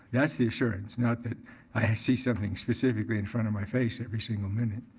that's the assurance. not that i see something specifically in front of my face every single minute.